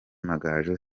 amagaju